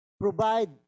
provide